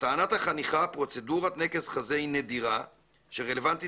לטענת החניכה פרוצדורת נקז חזה היא נדירה שרלוונטית